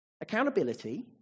accountability